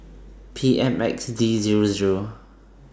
P M X D Zero Zero